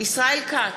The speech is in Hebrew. ישראל כץ,